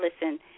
listen